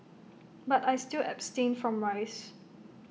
but I still abstain from rice